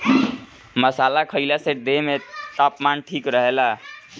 मसाला खईला से देह में तापमान ठीक रहेला